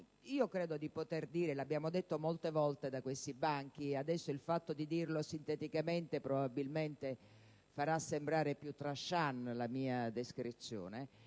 in questi due anni. Lo abbiamo detto molte volte da questi banchi e adesso il fatto di dirlo sinteticamente probabilmente farà sembrare più *tranchant* la mia descrizione: